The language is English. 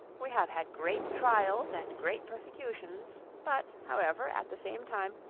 we have had great trials, and great persecutions, but however, at the same time,